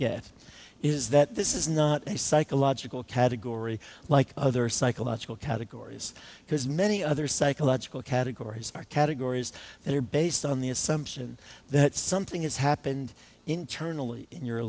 get is that this is not a psychological category like other psychological categories because many other psychological categories are categories that are based on the assumption that something has happened internally in your